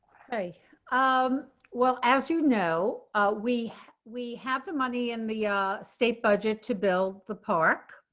hey um well as you know we we have the money in the ah state budget to bill the park